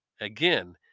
Again